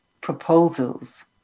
proposals